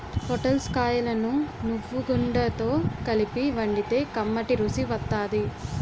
పొటల్స్ కాయలను నువ్వుగుండతో కలిపి వండితే కమ్మటి రుసి వత్తాది